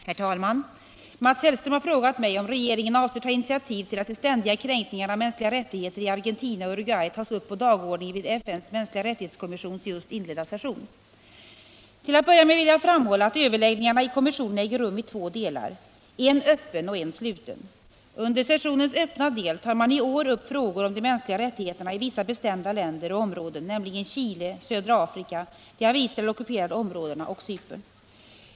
Herr talman! Mats Hellström har frågat mig om regeringen avser ta initiativ till att de ständiga kränkningarna av mänskliga rättigheter i Argentina och Uruguay tas upp på dagordningen vid FN:s mänskliga rättighetskommissions just inledda session. Till att börja med vill jag framhålla att överläggningarna i kommissionen äger rum i två delar, en öppen och en sluten. Under sessionens öppna del tar mani år upp frågor om de mänskliga rättigheterna i vissa bestämda länder och områden, nämligen Chile, södra Afrika. de av Israel ockuperade områdena och Cypern.